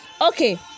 Okay